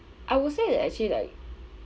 I would say that actually like